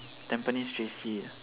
Tampines J_C